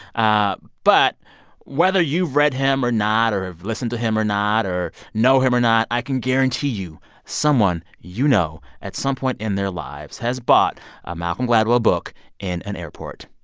ah but whether you've read him or not or have listened to him or not or know him or not, i can guarantee you someone you know at some point in their lives has bought a malcolm gladwell book in an airport.